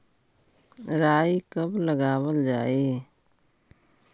राई कब लगावल जाई?